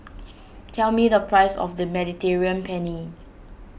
tell me the price of the Mediterranean Penne